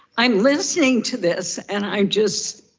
i'm listening to this and i just,